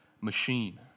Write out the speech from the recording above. machine